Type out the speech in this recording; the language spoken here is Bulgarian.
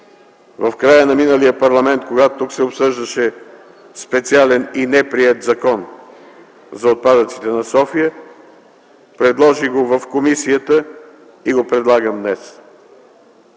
в края на миналия парламент, когато тук се обсъждаше специален и неприет закон за отпадъците на София? Предложих го в комисията, предлагам го